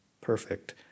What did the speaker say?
perfect